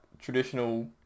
Traditional